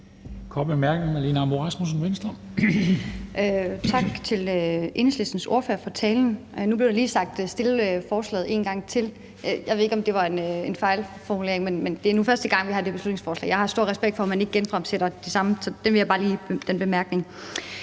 Kl. 13:28 Marlene Ambo-Rasmussen (V): Tak til Enhedslistens ordfører for talen. Nu blev der sagt noget med, at forslaget er fremsat en gang til, og jeg ved ikke, om det var en fejlformulering, men det er nu første gang, vi fremsætter det her beslutningsforslag. Jeg har stor respekt for, at man ikke genfremsætter de samme forslag, så den bemærkning